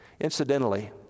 Incidentally